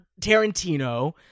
Tarantino